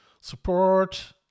support